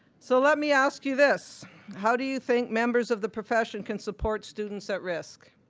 so let me ask you this how do you think members of the profession can support students at risk?